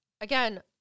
again